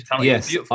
Yes